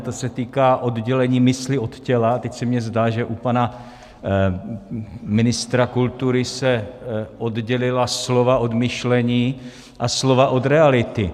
To se týká oddělení mysli od těla a teď se mně zdá, že u pana ministra kultury se oddělila slova od myšlení a slova od reality.